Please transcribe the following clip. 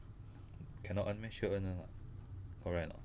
cannot earn meh sure earn [one] [what] correct or not